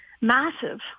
massive